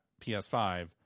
ps5